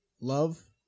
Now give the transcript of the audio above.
love